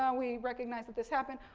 um we recognize that this happened,